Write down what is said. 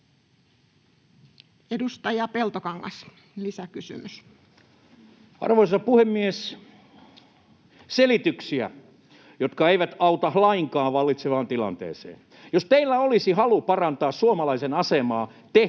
(Mauri Peltokangas ps) Time: 16:03 Content: Arvoisa puhemies! Selityksiä, jotka eivät auta lainkaan vallitsevaan tilanteeseen. Jos teillä olisi halu parantaa suomalaisen asemaa, te